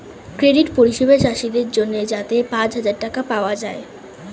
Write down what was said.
credit পরিষেবা চাষীদের জন্যে যাতে পাঁচ হাজার টাকা পাওয়া যায়